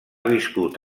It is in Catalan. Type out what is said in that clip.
viscut